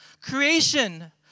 Creation